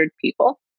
people